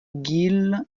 guil